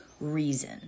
reason